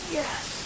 yes